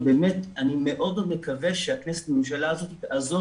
ובאמת אני מאוד מקווה שהכנסת והממשלה הזאת תעזור